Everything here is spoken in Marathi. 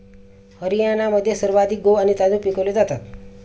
हरियाणामध्ये सर्वाधिक गहू आणि तांदूळ पिकवले जातात